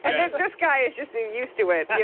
and this guy is just used to it. yeah